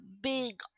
big